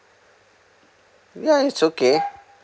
yeah it's okay